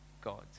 God